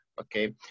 okay